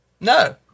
No